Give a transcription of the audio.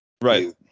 Right